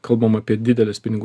kalbam apie dideles pinigų